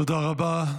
תודה רבה.